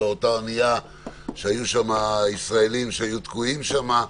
באונייה שהיו ישראליים שהיו תקועים שם.